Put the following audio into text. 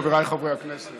חבריי חברי הכנסת,